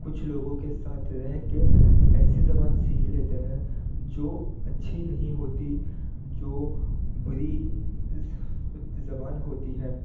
کچھ لوگوں کے ساتھ رہ کے ایسی زبان سیکھ لیتے ہیں جو اچھی نہیں ہوتی جو بری زبان ہوتی ہے